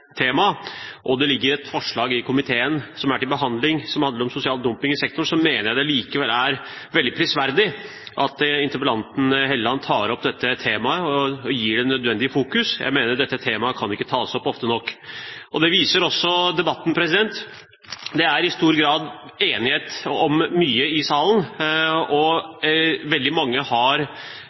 tema, og det ligger et forslag til behandling i komiteen som handler om sosial dumping i sektoren, mener jeg det likevel er veldig prisverdig at interpellanten Hofstad Helleland tar opp dette temaet og gir det det nødvendige fokus. Jeg mener at dette temaet ikke kan tas opp ofte nok. Det viser også debatten. Det er i stor grad enighet om mye i salen, og veldig mange har